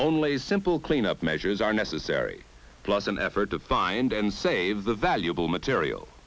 only a simple cleanup measures are necessary plus an effort to find and save the valuable material